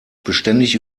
beständig